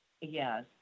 yes